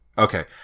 Okay